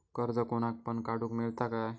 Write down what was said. कर्ज कोणाक पण काडूक मेलता काय?